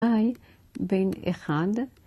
I בין אחד